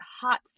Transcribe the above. hot